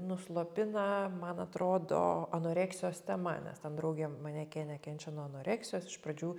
nuslopina man atrodo anoreksijos tema nes ten draugė manekenė kenčia nuo anoreksijos iš pradžių